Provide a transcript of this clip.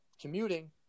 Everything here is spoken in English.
commuting